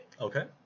Okay